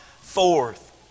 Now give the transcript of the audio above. forth